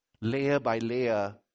layer-by-layer